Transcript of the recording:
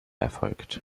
erfolgt